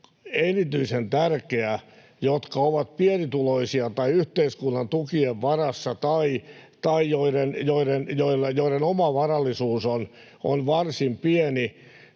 ihmisille, jotka ovat pienituloisia tai yhteiskunnan tukien varassa tai joiden oma varallisuus on varsin pieni.